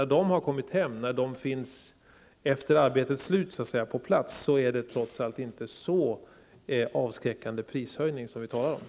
Höjningen av priset för samtal vid den tidpunkten, när dessa förvärvsarbetande barn har kommit hem och efter arbetets slut så att säga finns på plats, är trots allt inte så avskräckande.